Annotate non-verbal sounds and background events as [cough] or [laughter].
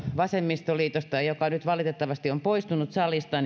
vasemmistoliiton edustaja yrttiaholla joka nyt valitettavasti on poistunut salista [unintelligible]